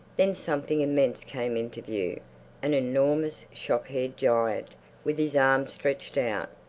then something immense came into view an enormous shock-haired giant with his arms stretched out.